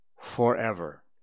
forever